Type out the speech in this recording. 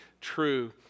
true